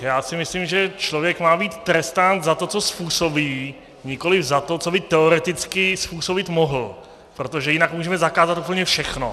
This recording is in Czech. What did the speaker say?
Já si myslím, že člověk má být trestán za to, co způsobí, nikoliv za to, co by teoreticky způsobit mohl, protože jinak můžeme zakázat úplně všechno.